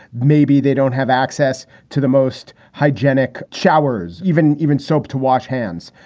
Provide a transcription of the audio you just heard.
maybe they don't have access to the most hygienic showers, even even soap to wash hands.